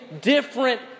different